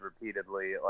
repeatedly